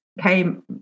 came